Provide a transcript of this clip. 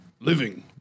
living